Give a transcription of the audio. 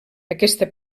aquesta